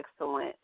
excellent